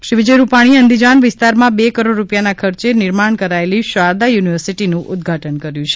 શ્રી વિજય રૂપાણીએ અંદિજાન વિસ્તારમાં બે કરોડ રૂપિયાના ખર્ચે નિર્માણ કરાયેલી શારદા યુનિવર્સીટીનું ઉદઘાટન કર્યું છે